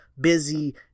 busy